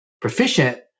proficient